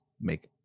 make